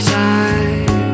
time